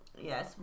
Yes